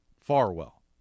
Farwell